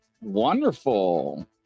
wonderful